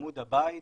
עמוד הבית,